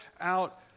out